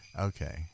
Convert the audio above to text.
okay